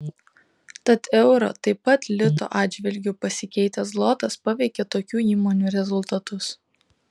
tad euro taip pat lito atžvilgiu pasikeitęs zlotas paveikia tokių įmonių rezultatus